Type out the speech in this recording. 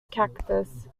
cactus